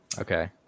Okay